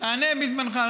תענה בזמנך.